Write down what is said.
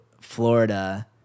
Florida